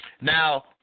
Now